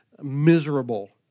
miserable